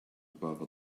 above